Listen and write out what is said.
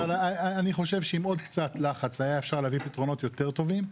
אני חושב שעם עוד קצת לחץ היה אפשר להביא פתרונות יותר טובים,